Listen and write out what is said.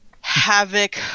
havoc